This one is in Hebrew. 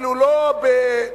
אפילו לא בכחול.